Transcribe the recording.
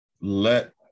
let